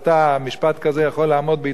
משפט כזה יכול לעמוד בעיתון עברי?